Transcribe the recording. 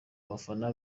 abafana